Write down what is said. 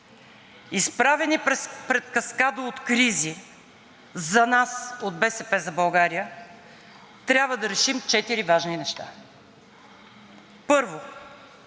Изправени пред каскада от кризи, за нас от „БСП за България“ трябва да решим четири важни неща. Първо,